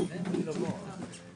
ישיבת ועדת הכספים.